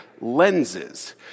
lenses